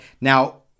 now